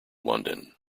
london